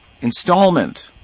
installment